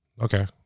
Okay